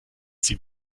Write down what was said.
sie